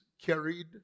Carried